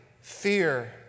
fear